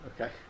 Okay